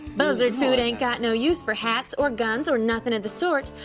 buzzard food ain't got no use for hats or guns or nothin' of the sort.